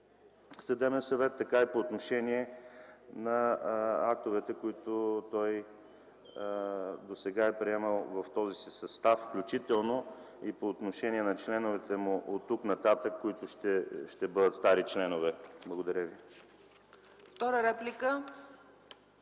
съдебен съвет, така и по отношение на актовете, които той досега е приемал в този си състав, включително и по отношение на членовете му оттук нататък, които ще бъдат стари членове. Благодаря ви.